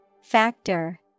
Factor